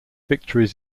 victories